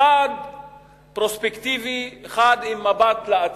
אחד פרוספקטיבי, עם מבט לעתיד,